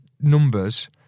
numbers